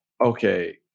okay